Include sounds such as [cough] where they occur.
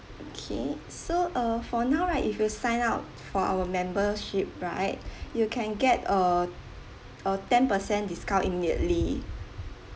okay so uh for now right if you sign up for our membership right [breath] you can get a a ten per cent discount immediately